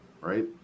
right